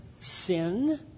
sin